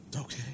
Okay